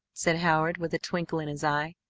said howard with a twinkle in his eye.